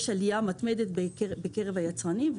יש עלייה מתמדת בקרב היצרנים.